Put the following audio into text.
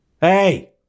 hey